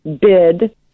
bid